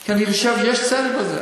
כי אני חושב שיש צדק בזה.